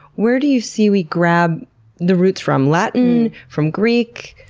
where do you see we grab the roots from? latin? from greek?